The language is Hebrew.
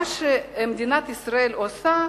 מה שמדינת ישראל עושה,